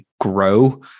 grow